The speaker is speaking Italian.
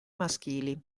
maschili